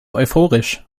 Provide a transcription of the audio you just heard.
euphorisch